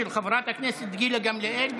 של חברת הכנסת גילה גמליאל.